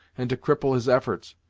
and to cripple his efforts.